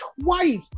twice